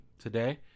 today